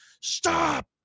Stop